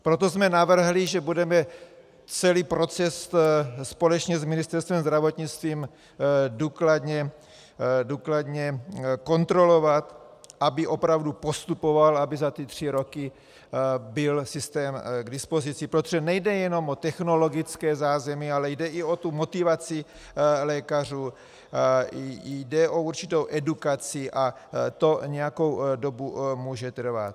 Proto jsme navrhli, že budeme celý proces společně s Ministerstvem zdravotnictví důkladně kontrolovat, aby opravdu postupoval, aby za tři roky byl systém k dispozici, protože nejde jenom o technologické zázemí, ale jde i o motivaci lékařů, jde o určitou edukaci a to nějakou dobu může trvat.